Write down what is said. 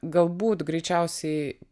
galbūt greičiausiai